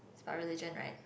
it's about religion right